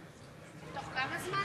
בתוך כמה זמן?